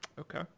Okay